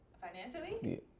Financially